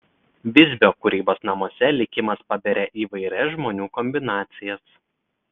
visbio kūrybos namuose likimas paberia įvairias žmonių kombinacijas